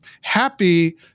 Happy